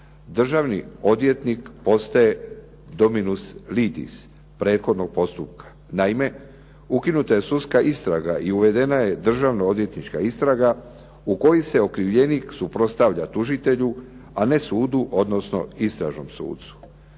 državni odvjetnik postaje dominus litis prethodnog postupka. Naime, ukinuta je sudska istraga i uvedena je državno-odvjetnička istraga u kojoj se okrivljenik suprotstavlja tužitelju, a ne sudu, odnosno istražnom sucu.